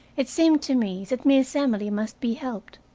it seemed to me that miss emily must be helped,